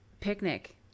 Picnic